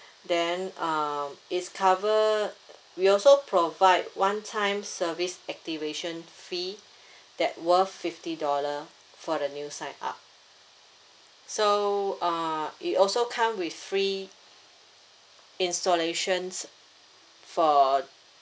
then uh it's covered we also provide one time service activation fee that worth fifty dollar for the new sign up so uh it also come with free installations for